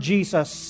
Jesus